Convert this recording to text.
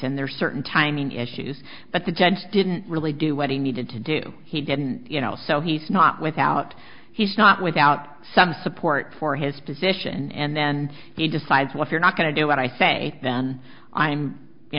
and there are certain timing issues but the judge didn't really do what he needed to do he didn't you know so he's not without he's not without some support for his position and then he decides what you're not going to do what i say then i'm you